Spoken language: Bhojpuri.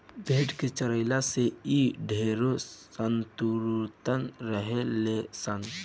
भेड़ के चरइला से इ ढेरे तंदुरुस्त रहे ले सन